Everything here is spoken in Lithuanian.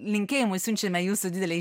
linkėjimus siunčiame jūsų didelei